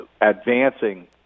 advancing